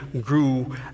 grew